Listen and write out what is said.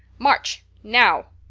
march, now.